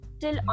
till